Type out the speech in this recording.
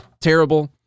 terrible